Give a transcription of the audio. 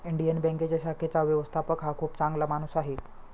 Indian बँकेच्या शाखेचा व्यवस्थापक हा खूप चांगला माणूस आहे